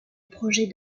projet